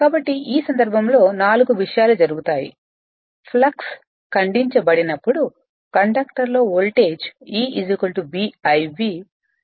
కాబట్టి ఈ సందర్భంలో 4 విషయాలు జరుగుతాయి ఫ్లక్స్ ఖండించబడినప్పుడు కండక్టర్ లో voltage E B l V induce అవుతుంది